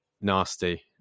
nasty